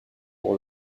pour